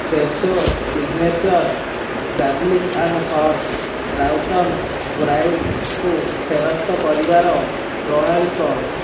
Fresho signature garlic and herb croutons ବାଇଟ୍ସ୍କୁ ଫେରସ୍ତ କରିବାର ପ୍ରଣାଳୀ କ'ଣ